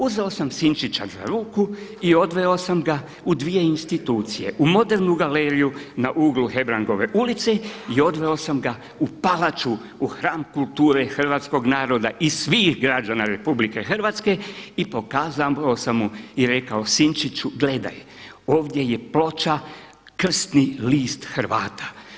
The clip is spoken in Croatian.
Uzeo sam sinčića za ruku i odveo sam ga u dvije institucije, u modernu galeriju na uglu Hebrangove ulice i odveo sam ga u palaču, u hram kulture hrvatskog naroda i svih građana Republike Hrvatske i pokazao sam mu i rekao: Sinčiću, gledaj, ovdje je ploča krsni list Hrvata.